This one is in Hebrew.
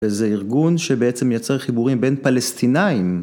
וזה ארגון שבעצם מייצר חיבורים בין פלסטינאים.